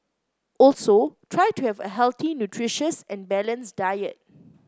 also try to have a healthy nutritious and balanced diet